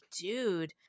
dude